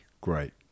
Great